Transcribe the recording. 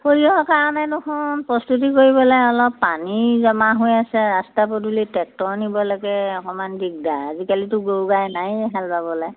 সৰিয়হৰ কাৰণে দেখোন প্ৰস্তুতি কৰিবলৈ অলপ পানী জমা হৈ আছে ৰাস্তা পদুলিত ট্ৰেক্টৰ নিবলৈকে অকণমান দিগদাৰ আজিকালিতো গৰু গাই নাইয়ে হাল বাবলৈ